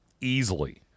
Easily